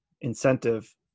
incentive